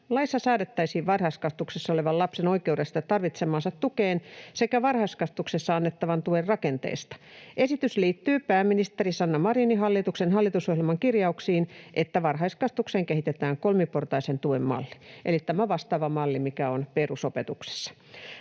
Laissa säädettäisiin varhaiskasvatuksessa olevan lapsen oikeudesta tarvitsemaansa tukeen sekä varhaiskasvatuksessa annettavan tuen rakenteesta. Esitys liittyy pääministeri Sanna Marinin hallituksen hallitusohjelman kirjauksiin, että varhaiskasvatukseen kehitetään kolmiportaisen tuen malli, eli tämä vastaava malli, mikä on perusopetuksessa.